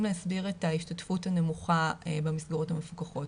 להסביר את ההשתתפות הנמוכה במסגרות המפוקחות,